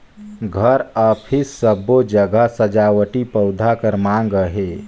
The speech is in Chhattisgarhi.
घर, अफिस सबो जघा सजावटी पउधा कर माँग अहे